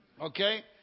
okay